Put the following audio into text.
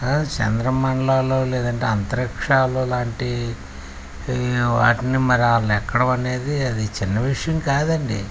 చంద్ర మండలాలలో లేదంటే అంతరిక్షాలలో లాంటి వాటిని మరి వాళ్ళు ఎక్కడం అనేది అది చిన్న విషయం కాదండి